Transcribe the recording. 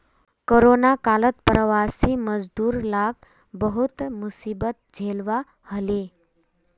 corona कालत प्रवासी मजदूर लाक बहुत मुसीबत झेलवा हले